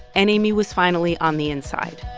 and amy was finally on the inside